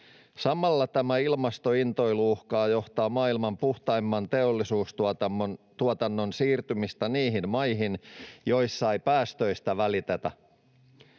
Samalla tämä ilmastointoilu uhkaa johtaa maailman puhtaimman teollisuustuotannon siirtymiseen niihin maihin, joissa ei päästöistä välitetä.